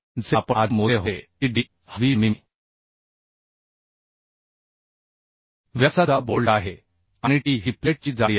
जसे आपण आधी मोजले होते की D हा 20 मिमी व्यासाचा बोल्ट आहे आणिT ही प्लेटची जाडी आहे